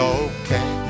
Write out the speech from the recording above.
okay